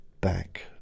back